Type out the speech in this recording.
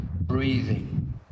breathing